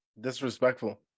disrespectful